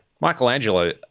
Michelangelo